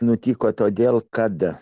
nutiko todėl kad